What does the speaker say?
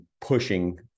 pushing